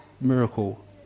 miracle